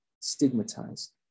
Stigmatized